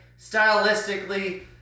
stylistically